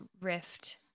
rift